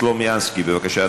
לסגן מזכירת